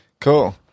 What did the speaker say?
Cool